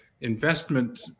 investment